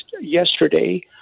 yesterday